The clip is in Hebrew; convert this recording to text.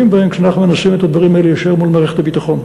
בהם כשאנחנו מנסים את הדברים האלה ישיר מול מערכת הביטחון.